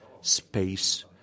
space